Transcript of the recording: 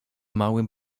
małym